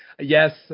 Yes